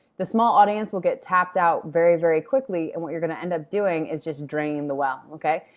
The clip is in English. the small audience will get tapped out very very quickly and what you're gonna end up doing is just draining the well. okay?